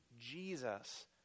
Jesus